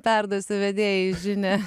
perduosiu vedėjai žinią